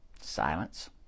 Silence